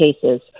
cases